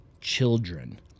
children